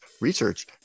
research